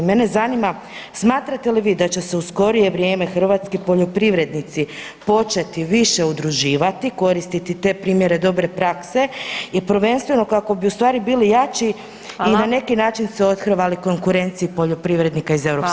Mene zanima, smatrate li vi da će se u skorije vrijeme hrvatski poljoprivrednici početi više udruživati, koristiti te primjere dobre prakse i prvenstveno kako bi ustvari bili jači [[Upadica: Hvala.]] i na neki način se othrvali konkurenciji poljoprivrednika iz EU.